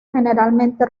generalmente